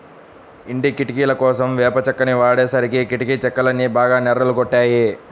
ఇంటి కిటికీలకోసం వేప చెక్కని వాడేసరికి కిటికీ చెక్కలన్నీ బాగా నెర్రలు గొట్టాయి